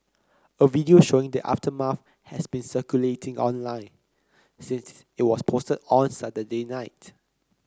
a video showing the aftermath has been circulating online since it was posted on Saturday night